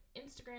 instagram